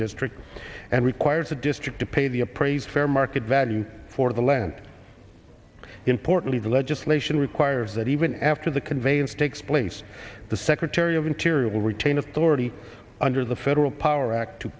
district and requires a district to pay the appraised fair market value for the land importantly the legislation requires that even after the conveyance takes place the secretary of interior will retain authority under the federal power act to